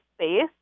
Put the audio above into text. space